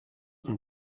und